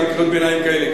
גם קריאות ביניים כאלה.